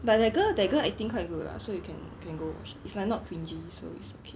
but that girl that girl I think quite good lah so you can can go watch it's like not cringey so it's okay